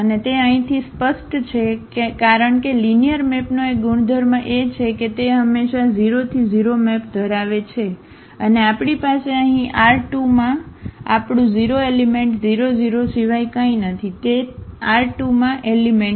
અને તે અહીંથી સ્પષ્ટ છે કારણ કે લિનિયર મેપનો એક ગુણધર્મ એ છે કે તે હંમેશાં 0 થી 0 મેપ ધરાવે છે અને આપણી પાસે અહીં R2માં આપણું 0 એલિમેંટ 00 સિવાય કંઈ નથી તે R2માં એલિમેંટ છે